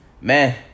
Man